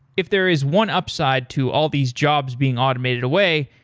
if there is one upside to all these jobs being automated away,